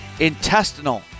intestinal